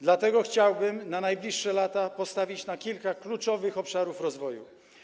Dlatego chciałbym na najbliższe lata postawić na kilka kluczowych obszarów rozwoju.